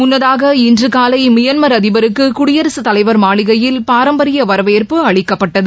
முன்னதாக இன்றுகாலைமியான்மர் அதிபருக்குகுடியரசுத் தலைவர் மாளிகையில் பாரம்பரியவரவேற்பு அளிக்கப்பட்டது